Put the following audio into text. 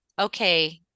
okay